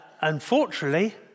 unfortunately